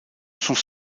sont